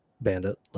Bandit